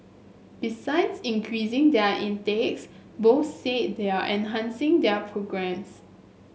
besides increasing their intakes both said they are enhancing their programmes